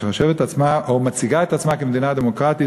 שחושבת את עצמה או מציגה את עצמה כמדינה דמוקרטית,